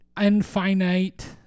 Infinite